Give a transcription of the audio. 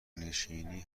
نشینی